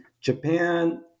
Japan